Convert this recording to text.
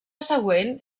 següent